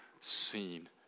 seen